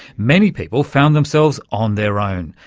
many people found themselves on their own.